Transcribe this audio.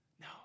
No